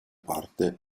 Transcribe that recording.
parte